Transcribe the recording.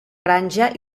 granja